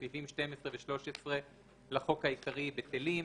17. סעיפים 12 ו־13 לחוק העיקרי, בטלים."